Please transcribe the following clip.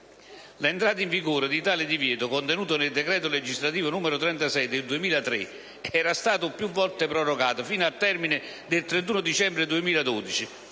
L'entrata in vigore di tale divieto, contenuto nel decreto legislativo n. 36 del 2003, era stata più volte prorogata fino al termine del 31 dicembre 2012;